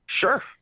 Sure